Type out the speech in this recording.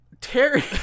Terry